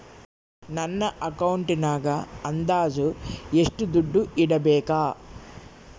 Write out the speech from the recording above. ನನ್ನ ಅಕೌಂಟಿನಾಗ ಅಂದಾಜು ಎಷ್ಟು ದುಡ್ಡು ಇಡಬೇಕಾ?